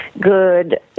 good